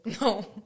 No